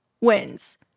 wins